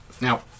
now